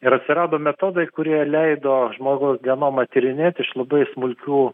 ir atsirado metodai kurie leido žmogaus genomą tyrinėt iš labai smulkių